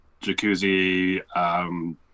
jacuzzi